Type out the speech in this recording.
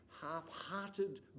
half-hearted